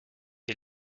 die